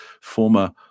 former